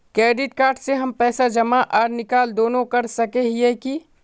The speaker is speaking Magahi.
क्रेडिट कार्ड से हम पैसा जमा आर निकाल दोनों कर सके हिये की?